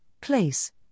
place